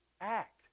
act